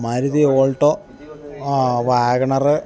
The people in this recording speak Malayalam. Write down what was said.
Maruti Alto WagonR